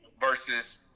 versus